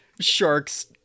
sharks